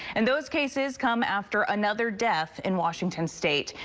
and those cases come after another death in washington state.